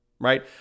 right